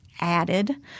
added